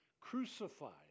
crucified